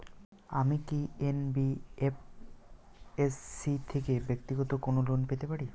আমি কি এন.বি.এফ.এস.সি থেকে ব্যাক্তিগত কোনো লোন পেতে পারি?